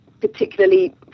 particularly